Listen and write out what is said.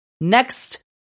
next